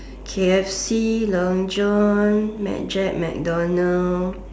K_F_C long John mad Jack MacDonald